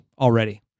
already